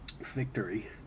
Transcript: victory